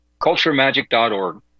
culturemagic.org